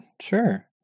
sure